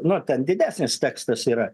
nu ten didesnis tekstas yra